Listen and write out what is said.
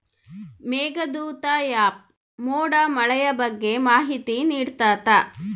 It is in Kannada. ಮೇಘದೂತ ಆ್ಯಪ್ ಮೋಡ ಮಳೆಯ ಬಗ್ಗೆ ಮಾಹಿತಿ ನಿಡ್ತಾತ